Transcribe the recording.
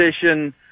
position